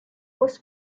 was